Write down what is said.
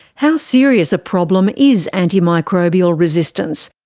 how serious a problem is antimicrobial resistance?